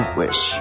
wish